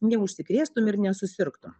neužsikrėstum ir nesusirgtum